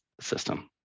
system